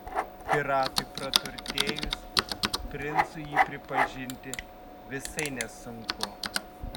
piratui praturtėjus princu jį pripažinti visai nesunku